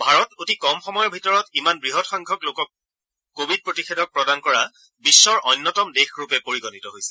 ভাৰত অতি কম সময়ৰ ভিতৰত ইমান বৃহৎ সংখ্যক লোকক কোৱিড প্ৰতিষেধক প্ৰদান কৰা বিশ্বৰ অন্যতম দেশৰূপে পৰিগণিত হৈছে